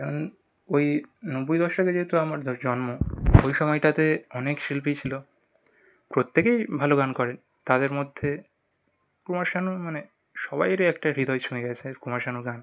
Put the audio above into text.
এই ওই নব্বই দশকে যেহেতু আমার দ জন্ম ওই সময়টাতে অনেক শিল্পীই ছিল প্রত্যেকেই ভালো গান করে তাদের মধ্যে কুমার শানু মানে সবাইয়েরই একটা হৃদয় ছুঁয়ে গেছে কুমার শানুর গান